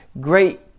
great